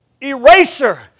eraser